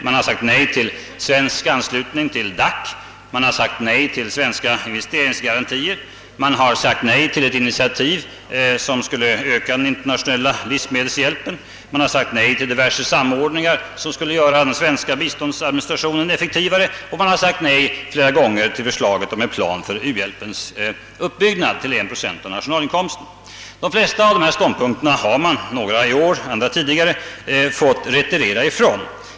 Man har sagt nej till svensk anslutning till DAC, man har sagt nej till svenska investéringsgarantier, man har sagt nej till ett initiativ som skulle öka den internåtionella livsmedelshjälpen, man har sagt nej till diverse samordningar som skulle göra den svenska biståndsorganisationen effektivare, och man har flera gånger sagt nej till förslaget om en plan för u-hjälpens uppbyggnad till 1 procent av nationalinkomsten. De flesta av dessa ståndpunkter har man fått retirera ifrån — några i år och några tidigare.